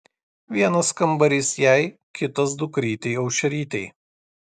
vienas kambarys jai kitas dukrytei aušrytei